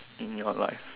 in your life